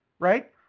right